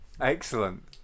Excellent